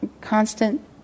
Constant